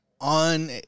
on